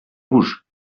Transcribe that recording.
rouges